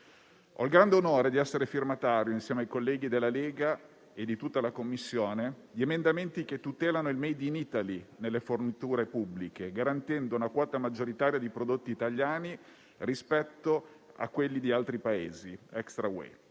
Ho il grande onore di essere firmatario, insieme ai colleghi della Lega e di tutta la Commissione, di emendamenti che tutelano il *made in Italy* nelle forniture pubbliche, garantendo una quota maggioritaria di prodotti italiani rispetto a quelli di altri Paesi *extra* UE.